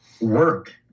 work